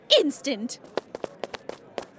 instant